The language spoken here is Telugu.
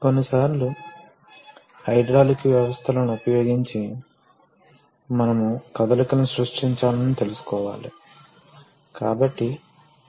కాబట్టి మనము హైడ్రాలిక్స్ యొక్క ప్రాథమిక సూత్రంతో ప్రారంభిస్తాము ముఖ్యంగా పాస్కల్ సిద్ధాంతం Pascals law మీద ఆధారపడి ఉంటుంది ఇది ఒక ద్రవానికి వర్తించే ప్రెషర్ అన్ని దిశలలో సమానంగా ప్రసారం అవుతుందని చెబుతుంది